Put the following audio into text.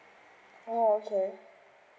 oh okay